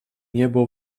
niebo